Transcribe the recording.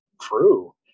true